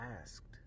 asked